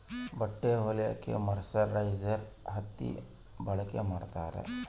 ಬಟ್ಟೆ ಹೊಲಿಯಕ್ಕೆ ಮರ್ಸರೈಸ್ಡ್ ಹತ್ತಿ ಬಳಕೆ ಮಾಡುತ್ತಾರೆ